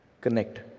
connect